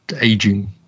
aging